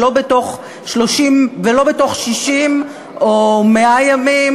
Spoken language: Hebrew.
ולא בתוך 60 או 100 ימים,